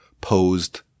posed